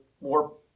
more